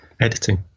editing